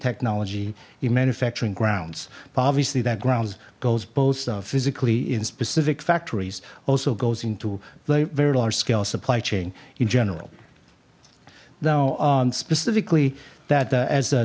technology in manufacturing grounds obviously that grounds goes both physically in specific factories also goes into the very large scale supply chain in general now on specifically that as a